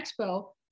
Expo